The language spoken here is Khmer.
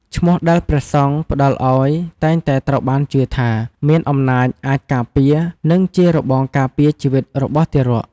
ឈ្មោះដែលព្រះសង្ឃផ្ដល់អោយតែងតែត្រូវបានជឿថា មានអំណាចអាចការពារ និងជារបងការពារជីវិតរបស់ទារក។